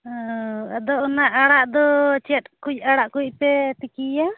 ᱚᱻ ᱟᱫᱚ ᱚᱱᱟ ᱟᱲᱟᱜ ᱫᱚ ᱪᱮᱫ ᱠᱚ ᱟᱲᱟᱜ ᱠᱚᱯᱮ ᱛᱤᱠᱤᱭᱟ